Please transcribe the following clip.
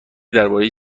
درباره